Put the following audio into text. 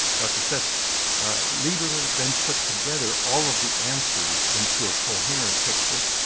dr. seth leibler then put together all of the answers into a coherent picture,